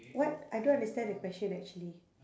what I don't understand the question actually